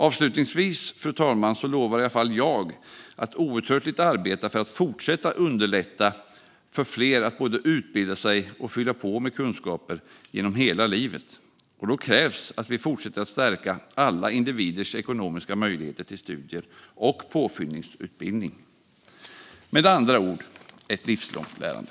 Avslutningsvis, fru talman, lovar i alla fall jag att outtröttligt arbeta för att fortsätta att underlätta för fler att både utbilda sig och fylla på med kunskaper genom hela livet. Då krävs att vi fortsätter att stärka alla individers ekonomiska möjligheter till studier och påfyllnadsutbildning, med andra ord ett livslångt lärande.